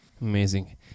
Amazing